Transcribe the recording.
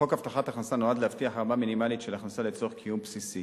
חוק הבטחת הכנסה נועד להבטיח רמה מינימלית של הכנסה לצורך קיום בסיסי